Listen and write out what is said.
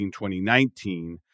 2019